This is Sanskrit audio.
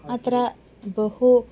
अत्र बहु